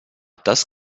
das